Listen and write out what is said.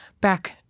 back